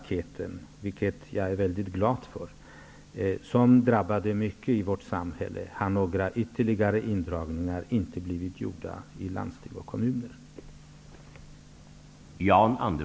Beträffande de krispaket som visserligen drabbat mycket i vårt samhälle gjordes nämligen inga ytterligare neddragningar i landsting och kommuner.